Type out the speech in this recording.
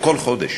בכל חודש,